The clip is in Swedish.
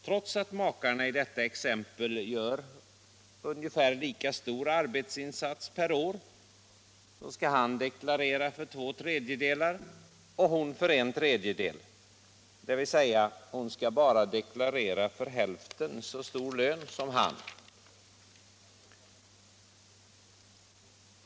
Trots att makarna i detta exempel gör ungefär lika stor arbetsinsats per år skall han deklarera för två tredjedelar och hon för en tredjedel, dvs. hon skall bara deklarera för hälften så stor lön som han.